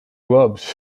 gloves